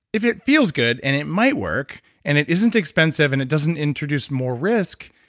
if it feels good and it might work and it isn't expensive and it doesn't introduce more risk,